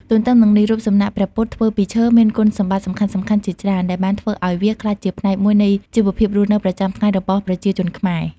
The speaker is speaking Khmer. ទន្ទឹមនឹងនេះ រូបសំណាកព្រះពុទ្ធធ្វើពីឈើមានគុណសម្បត្តិសំខាន់ៗជាច្រើន ដែលបានធ្វើឱ្យវាក្លាយជាផ្នែកមួយនៃជីវភាពរស់នៅប្រចាំថ្ងៃរបស់ប្រជាជនខ្មែរ។